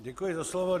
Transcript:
Děkuji za slovo.